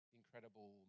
incredible